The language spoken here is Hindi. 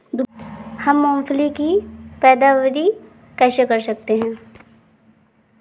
हम मूंगफली की पैदावार कैसे बढ़ा सकते हैं?